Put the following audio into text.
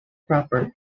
proper